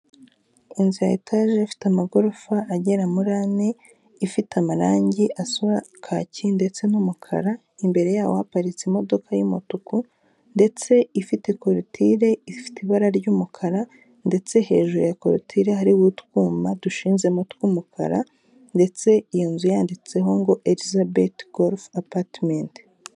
Inzu ya etaje ifite amagorofa agera muri ane, ifite amarangi asa kaki ndetse n'umukara, imbere yaho haparitse imodoka y'umutuku ndetse ifite korutire ifite ibara ry'umukara ndetse hejuru ya coritire hariho utwuma dushinzemo tw'umukara, ndetse iyo nzu yanditseho ngo Elizabeth Golf Apartment.